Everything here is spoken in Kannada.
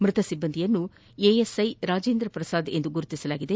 ಮೃತ ಸಿಬ್ಲಂದಿಯನ್ನು ಎಎಸ್ಐ ರಾಜೇಂದ್ರ ಪ್ರಸಾದ್ ಎಂದು ಗುರುತಿಸಲಾಗಿದೆ